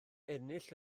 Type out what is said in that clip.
ennill